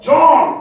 John